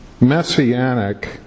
messianic